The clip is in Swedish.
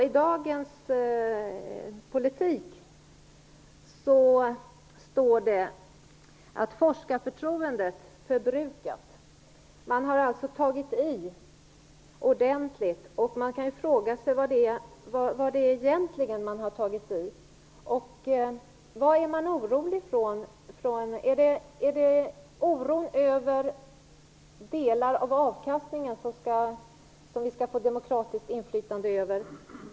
I Dagens politik står det att forskarförtroendet är förbrukat. Man har alltså tagit i ordentligt. Man kan fråga sig vad man egentligen har tagit i om. Vad är man orolig för? Är det oro över att vi skall få demokratiskt inflytande över delar av avkastningen?